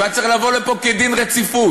הוא היה צריך לבוא לפה כדין רציפות,